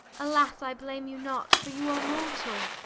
alas, i blame you not for you are mortal,